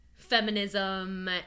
Feminism